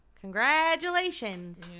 congratulations